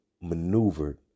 maneuvered